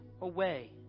away